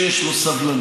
ומי שיש לו סבלנות,